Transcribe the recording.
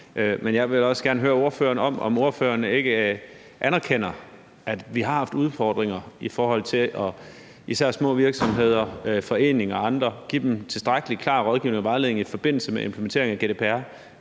Men jeg vil også gerne høre ordføreren, om ordføreren ikke anerkender, at vi har haft udfordringer i forhold til at give især små og mindre virksomheder og foreninger og andre tilstrækkelig klar rådgivning og vejledning i forbindelse med implementeringen af GDPR